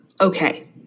okay